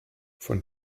von